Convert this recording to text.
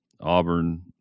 Auburn